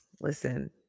listen